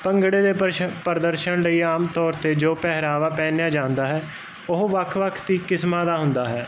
ਭੰਗੜੇ ਦੇ ਪਸ਼ ਪ੍ਰਦਰਸ਼ਨ ਲਈ ਆਮ ਤੌਰ 'ਤੇ ਜੋ ਪਹਿਰਾਵਾ ਪਹਿਨਿਆ ਜਾਂਦਾ ਹੈ ਉਹ ਵੱਖ ਵੱਖ ਤਰੀਕੇ ਕਿਸਮਾਂ ਦਾ ਹੁੰਦਾ ਹੈ